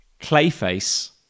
Clayface